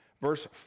Verse